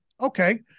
Okay